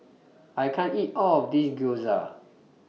I can't eat All of This Gyoza